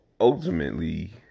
ultimately